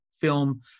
film